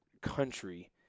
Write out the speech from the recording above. country